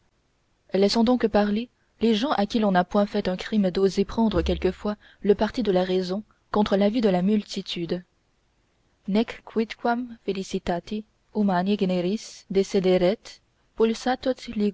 laissons donc parler les gens à qui l'on n'a point fait un crime d'oser prendre quelquefois le parti de la raison contre l'avis de la multitude